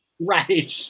right